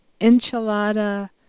enchilada